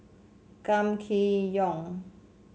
Kam Kee Yong